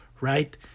right